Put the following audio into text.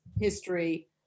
history